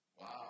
Wow